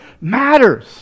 matters